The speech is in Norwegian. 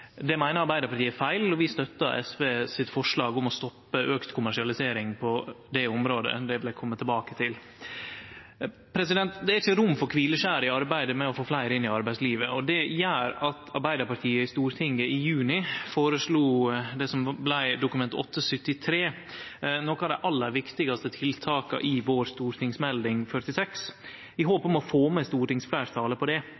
Det meiner Arbeidarpartiet er feil, og vi stør SVs forslag om å stoppe auka kommersialisering på dette området. Det vil eg kome tilbake til. Det er ikkje rom for kvileskjer i arbeidet med å få fleire inn i arbeidslivet. Og det gjer at Arbeidarpartiet i Stortinget i juni i Dokument 8:73 for 2013–2014, foreslo noko av dei aller viktigaste tiltaka i vår Meld. St. 46 for 2012–2013 i håp om å få med stortingsfleirtalet på det,